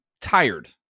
tired